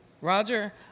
Roger